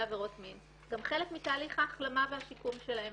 עבירות מין גם חלק מתהליך ההחלמה והשיקום שלהם,